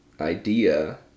idea